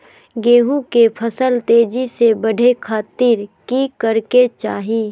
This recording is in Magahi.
गेहूं के फसल तेजी से बढ़े खातिर की करके चाहि?